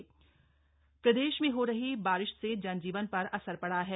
मौसम प्रदेश में हो रही बारिश से जनजीवन पर असर पड़ा है